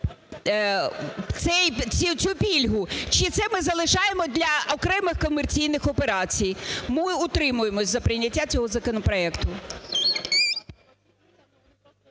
цю пільгу? Чи це ми залишаємо для окремих комерційних операцій? Ми утримаємося за прийняття цього законопроекту.